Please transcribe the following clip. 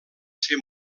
ser